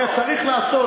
היה צריך לעשות.